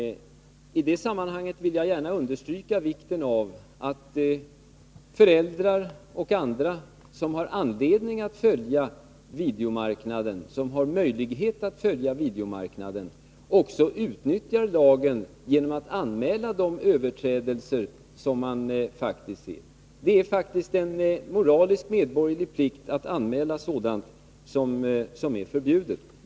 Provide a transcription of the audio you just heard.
I det sammanhanget vill jag gärna understryka vikten av att föräldrar och andra som har anledning och möjlighet att följa videomarknaden också utnyttjar lagen genom att anmäla de överträdelser som man faktiskt ser. Det är en moralisk och medborgerlig plikt att anmäla sådant som är förbjudet.